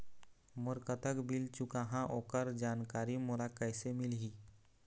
मोर कतक बिल चुकाहां ओकर जानकारी मोला कैसे मिलही?